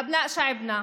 (אומרת דברים בשפה הערבית,